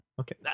Okay